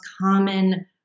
common